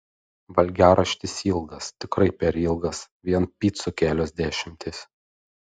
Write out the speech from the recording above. valgiaraštis ilgas tikrai per ilgas vien picų kelios dešimtys